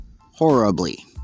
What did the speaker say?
horribly